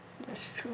that's true